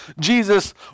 Jesus